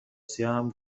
سیاهم